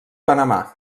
panamà